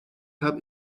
habe